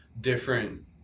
different